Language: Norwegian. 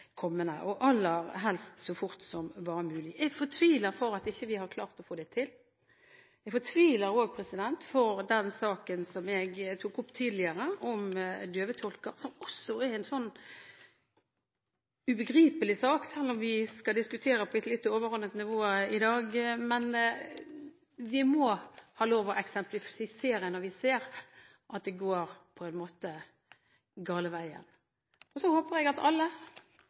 og aller helst så fort som bare mulig. Jeg fortviler over at vi ikke har klart å få det til. Jeg fortviler også over den saken jeg tok opp tidligere, om døvetolker – som også er en ubegripelig sak – selv om vi skal diskutere på et litt overordnet nivå i dag, men vi må ha lov til å eksemplifisere når vi ser at det går gal vei. Så håper jeg at alle,